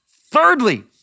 Thirdly